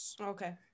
Okay